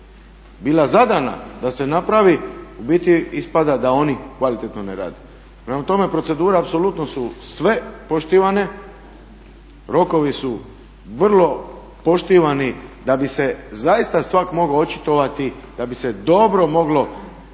bila zadana da se napravi u biti ispada da oni kvalitetno ne rade. Prema tome procedure apsolutno sve su poštivane, rokovi su vrlo poštivani da bi se zaista svako mogao očitovati, da bi se dobro moglo